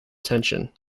tension